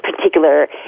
Particular